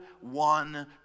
one